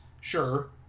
Sure